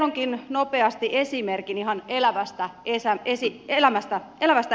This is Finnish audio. kerronkin nopeasti esimerkin ihan elävästä elämästä